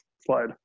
slide